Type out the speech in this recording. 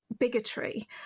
bigotry